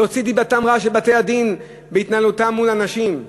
להוציא דיבתם רעה של בתי-הדין בהתנהלותם מול אנשים,